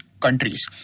Countries